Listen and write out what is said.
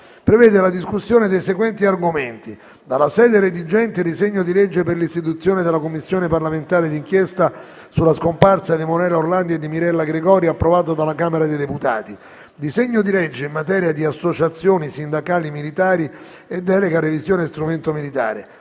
prevede la discussione dei seguenti argomenti: dalla sede redigente, disegno di legge per l'istituzione della Commissione parlamentare d'inchiesta sulla scomparsa di Emanuela Orlandi e di Mirella Gregori, approvato dalla Camera dei deputati; disegno di legge in materia di associazioni sindacali militari e delega revisione strumento militare;